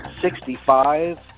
Sixty-five